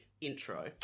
intro